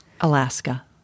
Alaska